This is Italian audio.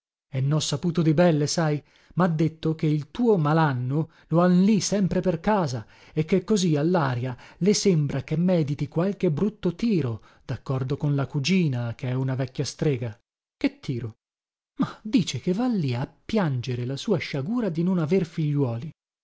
e nho saputo di belle sai mha detto che il tuo malanno lo han lì sempre per casa e che così allaria le sembra che mediti qualche brutto tiro daccordo con la cugina che è una vecchia strega che tiro mah dice che va lì a piangere la sua sciagura di non aver figliuoli